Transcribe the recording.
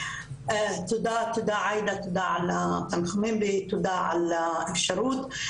תודה, עאידה, תודה על התנחומים ותודה על האפשרות.